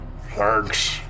Thanks